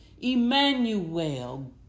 Emmanuel